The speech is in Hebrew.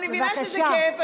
אני מבינה שזה כיף,